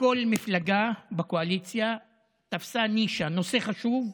שכל מפלגה בקואליציה תפסה נישה, נושא חשוב,